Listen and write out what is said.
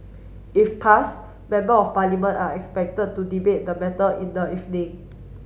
if pass Member of Parliament are expected to debate the matter in the evening